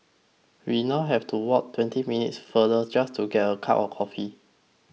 we now have to walk twenty minutes farther just to get a cup of coffee